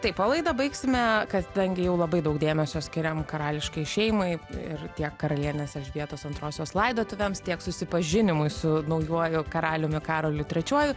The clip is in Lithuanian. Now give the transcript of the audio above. taip o laidą baigsime kadangi jau labai daug dėmesio skiriam karališkai šeimai ir tiek karalienės elžbietos antrosios laidotuvėms tiek susipažinimui su naujuoju karaliumi karoliu trečiuoju